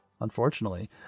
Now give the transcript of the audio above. unfortunately